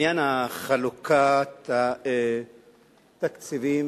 עניין חלוקת התקציבים